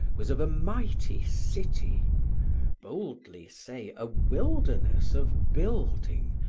was of a mighty city boldly say a wilderness of building,